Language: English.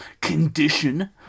condition